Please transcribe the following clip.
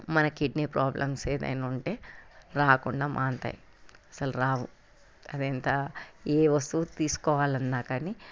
మనకి kidney problems ఏదైనా ఉంటే రాకుండా మానుతాయి అసలు రావు అది ఎంత ఏ వస్తువు తీసుకోవాలన్న కానీ